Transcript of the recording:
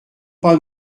pas